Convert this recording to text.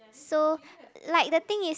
so like the thing is